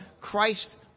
Christ